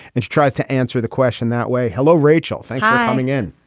and she tries to answer the question that way. hello rachel thanks for coming in.